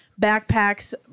backpacks